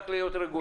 רק להיות רגועים.